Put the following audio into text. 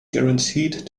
guaranteed